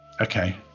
okay